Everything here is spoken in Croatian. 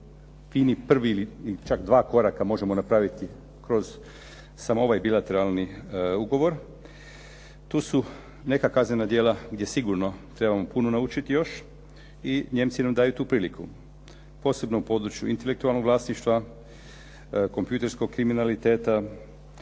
fini prvi ili čak dva koraka možemo napraviti kroz samo ovaj bilateralni ugovor. Tu su neka kaznena djela gdje sigurno trebamo puno naučiti još i Nijemci nam daju tu priliku, posebno u području intelektualnog vlasništva, kompjuterskog kriminaliteta,